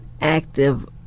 active